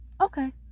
okay